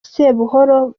sebuhoro